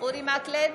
אורי מקלב,